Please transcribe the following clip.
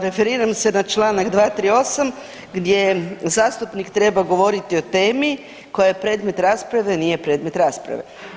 Referiram se na Članak 238. gdje zastupnik treba govoriti o temi koja je predmet rasprave, nije predmet rasprave.